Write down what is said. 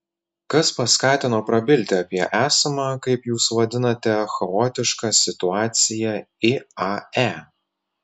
kas paskatino prabilti apie esamą kaip jūs vadinate chaotišką situaciją iae